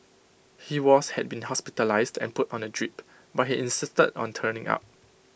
he was had been hospitalised and put on A drip but he insisted on turning up